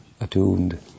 attuned